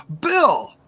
Bill